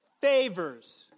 favors